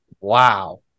Wow